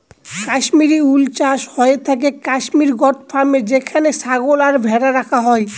Kashmiri wool চাষ হয়ে থাকে কাশ্মির গোট ফার্মে যেখানে ছাগল আর ভেড়া রাখা হয়